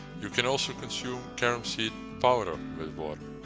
you can also consume carom seed powder with water.